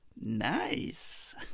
Nice